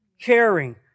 caring